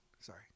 Sorry